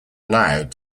allowed